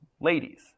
ladies